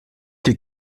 les